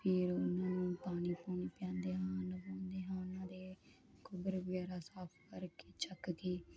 ਫਿਰ ਉਹਨਾਂ ਨੂੰ ਪਾਣੀ ਪੋ ਪਿਆਉਂਦੇ ਹਾਂ ਨਵਾਉਂਦੇ ਹਾਂ ਉਹਨਾਂ ਦੇ ਗੋਬਰ ਵਗੈਰੀ ਸਾਫ ਕਰਕੇ ਚੱਕ ਕੇ